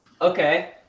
Okay